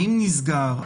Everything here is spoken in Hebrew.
האם נסגר,